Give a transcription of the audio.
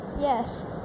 Yes